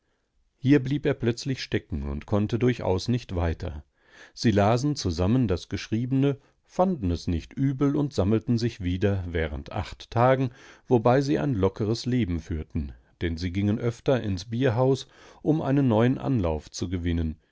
hier blieb er plötzlich stecken und konnte durchaus nicht weiter sie lasen zusammen das geschriebene fanden es nicht übel und sammelten sich wieder während acht tagen wobei sie ein lockeres leben führten denn sie gingen öfter ins bierhaus um einen neuen anlauf zu gewinnen